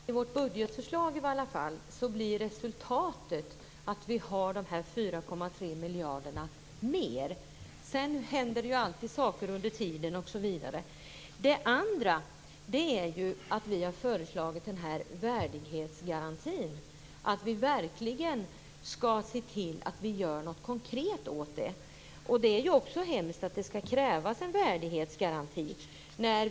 Fru talman! I vårt budgetförslag blir i alla fall resultatet att vi har dessa 4,3 miljarder mer. Sedan händer det ju alltid saker under tiden. Vi har föreslagit en värdighetsgaranti. Vi skall verkligen se till att vi gör något konkret. Det är hemskt att det skall krävas en värdighetsgaranti.